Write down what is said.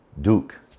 Duke